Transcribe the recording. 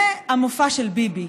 זה המופע של ביבי.